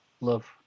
love